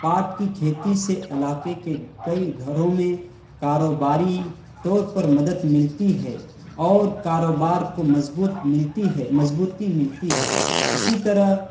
پاٹ کی کھیتی سے علاقے کے کئی گھروں میں کاوروباری طور پر مدد ملتی ہے اور کاروبار کو مضبوط ملتی ہے مضبوطی ملتی ہے اسی طرح